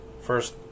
first